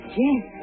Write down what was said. yes